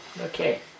Okay